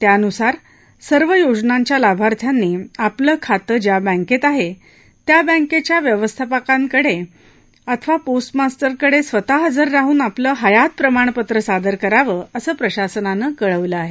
त्यानुसार सर्व योजनांच्या लाभार्थ्यांनी आपलं खातं ज्या बँकेत आहे त्या बँकेच्या व्यवस्थापकाकडे अथवा पोस्टमास्तरकडे स्वतः हजर राहून आपलं हयात प्रमाणपत्र सादर करावं असं प्रशासनानं कळवलं आहे